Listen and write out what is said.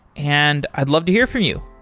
and i'd love to hear from you.